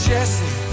Jesse